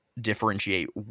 differentiate